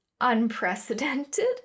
unprecedented